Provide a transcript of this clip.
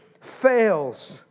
fails